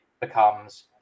becomes